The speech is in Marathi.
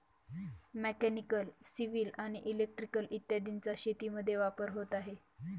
मेकॅनिकल, सिव्हिल आणि इलेक्ट्रिकल इत्यादींचा शेतीमध्ये वापर होत आहे